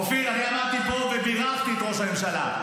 אופיר, אני עמדתי פה ובירכתי את ראש הממשלה.